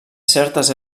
certes